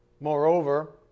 moreover